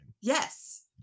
Yes